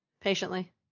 Patiently